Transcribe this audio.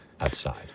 outside